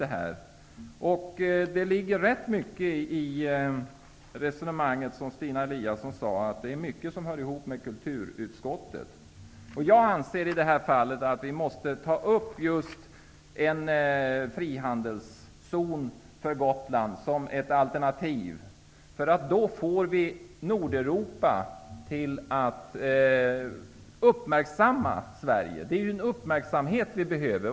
Det låg ganska mycket i Stina Eliassons resonemang om att många frågor hör ihop med kulturutskottets område. Jag anser att vi som ett alternativ måste diskutera att införa en frihandelszon för Gotland. På så sätt kommer Nordeuropa att uppmärksamma Sverige. Det är uppmärksamhet vi behöver.